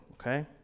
okay